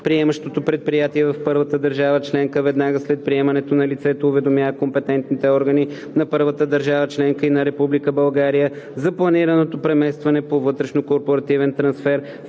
приемащото предприятие в първата държава членка веднага след приемането на лицето уведомява компетентните органи на първата държава членка и на Република България за планираното преместване по вътрешнокорпоративен трансфер